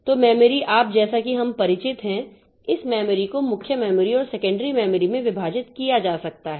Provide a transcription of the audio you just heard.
तो मेमोरी आप जैसा कि हम परिचित हैं इस मेमोरी को मुख्य मेमोरी और सेकेंडरी मेमोरी में विभाजित किया जा सकता है